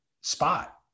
spot